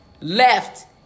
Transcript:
Left